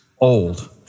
old